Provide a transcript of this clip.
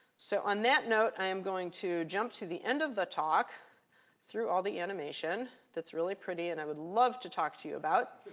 so on that note, i am going to jump to the end of the talk through all the animation that's really pretty and i would love to talk to you about.